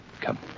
Come